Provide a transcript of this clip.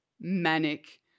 manic